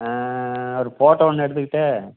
ஆ ஒரு போட்டோ ஒன்று எடுத்துக்கிட்டு